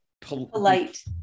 polite